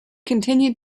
continued